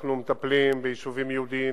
אנחנו מטפלים ביישובים יהודיים,